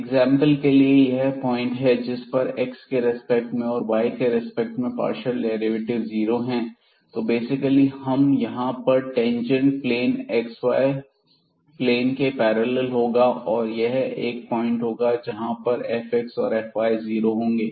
example के लिए यह पॉइंट है जिस पर x के रिस्पेक्ट में और y के रिस्पेक्ट में पार्शियल डेरिवेटिव जीरो होते हैं तो बेसिकली यहां पर टैनजेन्ट प्लेन xy प्लेन के पैरेलल होगा और एक ऐसा पॉइंट भी होगा जहां पर fxऔर fy 0 होंगे